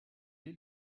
est